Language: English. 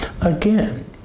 Again